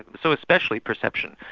so especially perception,